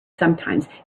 sometimes